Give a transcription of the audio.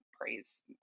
praise